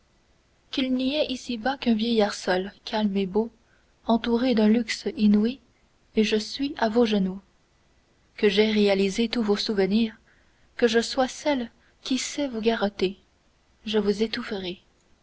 qu'il n'y ait ici-bas qu'un vieillard seul calme et beau entouré d'un luxe inouï et je suis à vos genoux que j'aie réalisé tous vos souvenirs que je sois celle qui sais vous garrotter je vous étoufferai